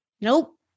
nope